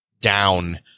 down